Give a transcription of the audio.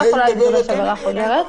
לא יכולה להתגבש עבירה חוזרת,